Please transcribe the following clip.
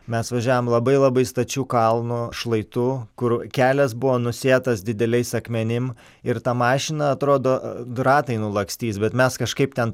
mes važiavom labai labai stačiu kalno šlaitu kur kelias buvo nusėtas dideliais akmenim ir ta mašina atrodo du ratai nulakstys bet mes kažkaip ten